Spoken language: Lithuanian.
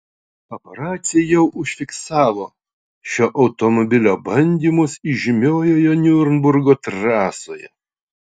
paparaciai jau užfiksavo šio automobilio bandymus įžymiojoje niurburgo trasoje